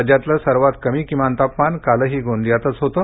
राज्यातलं सर्वात कमी तापमान कालही गोंदियातच होतं